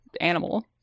animal